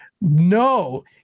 No